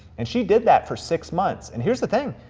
and she did that for six months. and here's the thing,